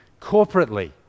Corporately